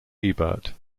ebert